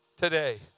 today